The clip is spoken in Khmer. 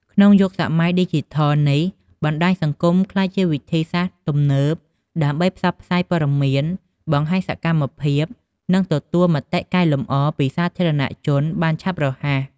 ក្នុងយុគសម័យឌីជីថលនេះ បណ្ដាញសង្គមក្លាយជា វិធីសាស្រ្តទំនើបដើម្បីផ្សព្វផ្សាយព័ត៌មាន បង្ហាញសកម្មភាព និងទទួលមតិកែលម្អពីសាធារណជនបានឆាប់រហ័ស។